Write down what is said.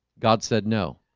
god said no.